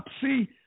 See